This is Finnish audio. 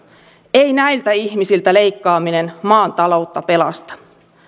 ei näiltä ihmisiltä leikkaaminen maan taloutta pelasta